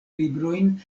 librojn